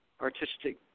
artistic